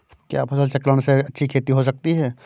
क्या फसल चक्रण से अच्छी खेती हो सकती है?